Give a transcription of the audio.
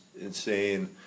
insane